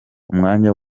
umwanya